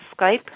Skype